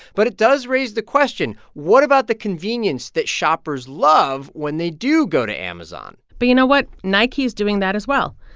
but it does raise the question, what about the convenience that shoppers love when they do go to amazon? but you know what? nike's doing that as well.